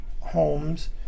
homes